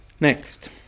next